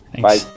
Bye